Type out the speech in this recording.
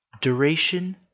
Duration